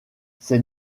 ces